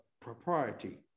propriety